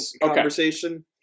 conversation